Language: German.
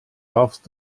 darfst